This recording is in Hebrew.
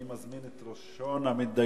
אני מזמין את ראשון המתדיינים,